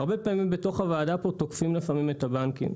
לפעמים בתוך הוועדה פה תוקפים את הבנקים,